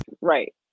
Right